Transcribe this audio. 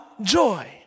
joy